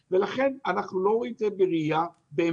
אנחנו לא רואים את זה בראייה מודרנית.